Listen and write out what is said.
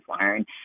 learn